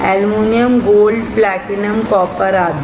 aluminium gold platinum copper आदि